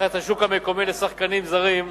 בפתיחת השוק המקומי לשחקנים זרים,